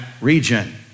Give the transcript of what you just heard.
region